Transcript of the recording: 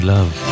Love